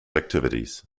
activities